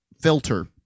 filter